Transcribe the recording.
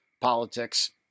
politics